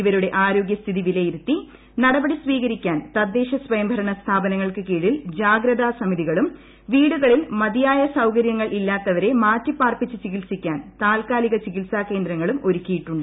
ഇവരുടെ ആരോഗ്യസ്ഥിതി വിലയിരുത്തി നടപടി സ്വീകരിക്കാൻ തദ്ദേശസ്വയംഭരണ സ്ഥാപനങ്ങൾക്ക് കീഴിൽ ജാഗ്രതാ സമിതികളും വീടുകളിൽ മതിയായ സൌകരൃങ്ങളില്ലാത്തവരെ മാറ്റി പാർപ്പിച്ച് ചികിത്സിക്കാൻ താത്ക്കാലിക ചികിത്സാ കേന്ദ്രങ്ങളും ഒരുക്കിയിട്ടുണ്ട്